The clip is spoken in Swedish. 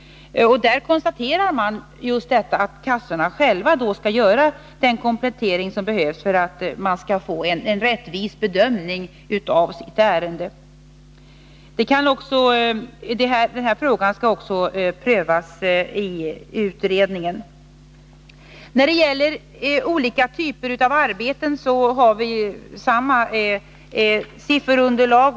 Där konstaterar man just detta att kassorna själva skall göra den komplettering som behövs för att man skall få en rättvis bedömning av ett ärende. Den här frågan skall också prövas i utredningen. När det gäller olika typer av arbeten har Inga Lantz och jag samma sifferunderlag.